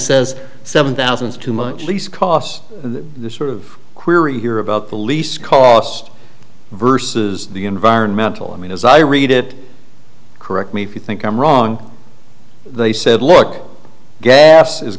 says seven thousand is too much least cost this sort of query here about the lease cost versus the environmental i mean as i read it correct me if you think i'm wrong they said look gas is